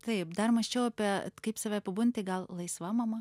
taip dar mąsčiau apie kaip save apibūdinti gal laisva mama